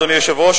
אדוני היושב-ראש,